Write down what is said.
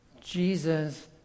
Jesus